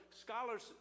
scholars